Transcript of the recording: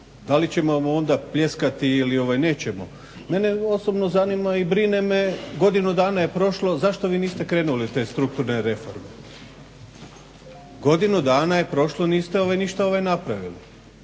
da li ćemo vam onda pljeskati ili nećemo. Mene osobno zanima i brine me godinu dana je prošlo, zašto vi niste krenuli u te strukturne reforme. Godinu dana je prošlo, niste ovaj ništa napravili.